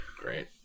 Great